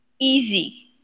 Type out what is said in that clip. easy